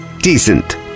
decent